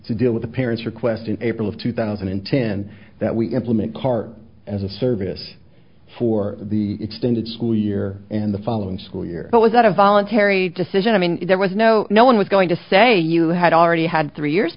to deal with the parents or question april of two thousand and ten that we implement cart as a service for the extended school year and the following school year it was not a voluntary decision i mean there was no no one was going to say you had already had three years